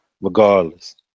regardless